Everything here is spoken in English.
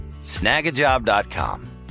Snagajob.com